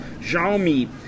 Xiaomi